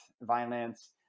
violence